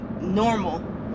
normal